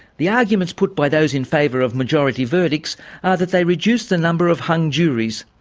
the arguments put by those in favour of majority verdicts are that they reduce the number of hung juries,